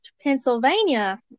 Pennsylvania